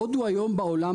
הודו היום בעולם,